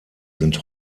sind